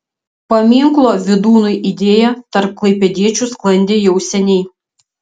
paminklo vydūnui idėja tarp klaipėdiečių sklandė jau seniai